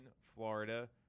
Florida